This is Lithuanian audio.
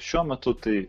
šiuo metu tai